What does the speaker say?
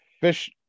fish